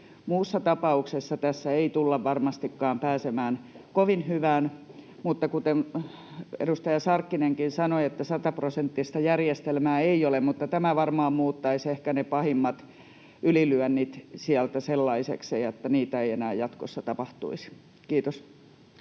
Muussa tapauksessa tässä ei tulla varmastikaan pääsemään kovin hyvään. Kuten edustaja Sarkkinenkin sanoi, sataprosenttista järjestelmää ei ole, mutta tämä varmaan muuttaisi ehkä ne pahimmat ylilyönnit sieltä sellaisiksi, että niitä ei enää jatkossa tapahtuisi. — Kiitos.